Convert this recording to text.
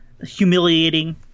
humiliating